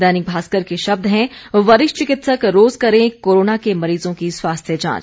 दैनिक भास्कर के शब्द हैं वरिष्ठ चिकित्सक रोज करें कोरोना के मरीजों की स्वास्थ्य जांच